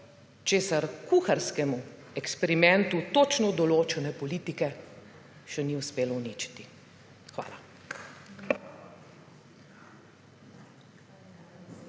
česar kuharskemu eksperimentu točno določene politike še ni uspelo uničiti. Hvala.